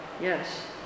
Yes